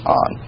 on